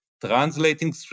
translating